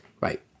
Right